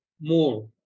more